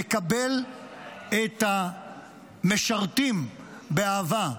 לקבל את המשרתים באהבה,